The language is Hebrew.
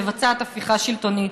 מבצעת הפיכה שלטונית.